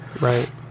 Right